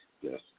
Yes